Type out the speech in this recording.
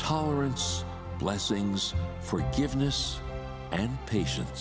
tolerance blessings forgiveness and patience